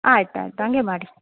ಆಯ್ತು ಆಯ್ತು ಹಂಗೇ ಮಾಡಿ